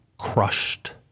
crushed